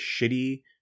shitty